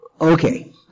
Okay